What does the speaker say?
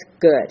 good